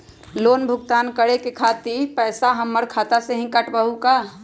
Loan भुगतान करे के खातिर पैसा हमर खाता में से ही काटबहु का?